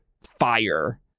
fire